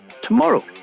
tomorrow